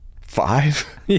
five